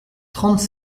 trente